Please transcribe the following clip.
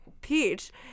peach